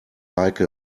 like